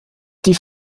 die